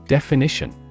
Definition